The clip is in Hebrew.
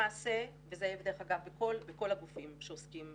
למעשה, וזה דרך אגב בכל הגופים שעוסקים